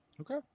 Okay